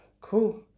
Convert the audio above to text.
cool